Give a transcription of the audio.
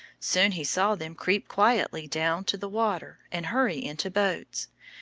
soon he saw them creep quietly down to the water and hurry into boats.